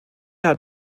hat